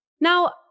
Now